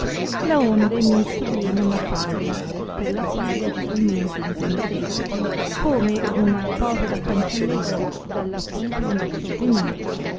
stelle laonde mi soviene una favola per la quale agevolmente intenderete come una povera fanciulletta dalla fortuna sovvenuta